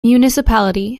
municipality